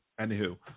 anywho